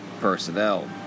personnel